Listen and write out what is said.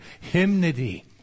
Hymnody